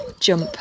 jump